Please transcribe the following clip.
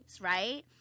right